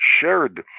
shared